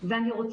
היה יו"ר הוועדה.